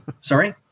Sorry